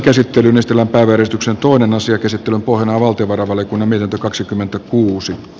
käsittelyn pohjana on valtiovarainvaliokunnan mietintö